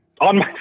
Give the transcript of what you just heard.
On